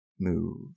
move